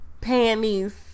panties